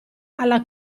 alla